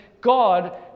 God